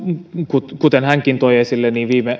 kuten kuten hänkin toi esille